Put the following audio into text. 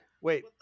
Wait